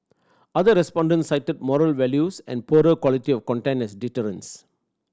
other respondents cited moral values and poorer quality of content as deterrents